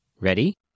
Ready